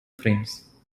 frames